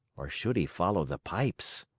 or should he follow the pipes?